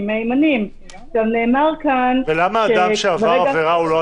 מהימנים -- ולמה אדם שעבר עבירה הוא לא אדם מהימן?